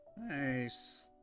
Nice